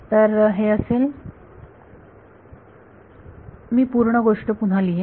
तर हे असेल मी पूर्ण गोष्ट पुन्हा लिहिन